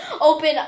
open